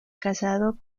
casado